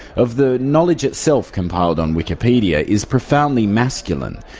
of the knowledge itself compiled on wikipedia, is profoundly masculine,